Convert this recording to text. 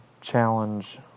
challenge